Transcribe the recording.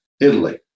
Italy